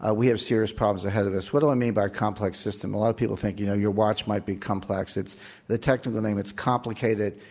ah we have serious problems ahead of us. what do i mean by a complex system? a lot of people think, you know, your watch might be complex. it's the technical name it's complicated,